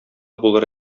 булыр